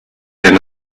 and